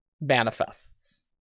manifests